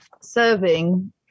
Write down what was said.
serving